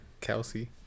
Kelsey